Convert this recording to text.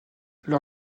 leur